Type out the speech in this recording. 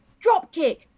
dropkick